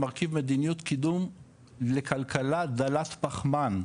מרכיב מדיניות קידום לכלכה דלת פחמן,